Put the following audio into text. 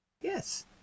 Yes